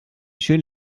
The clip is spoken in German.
schön